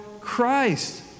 Christ